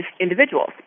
individuals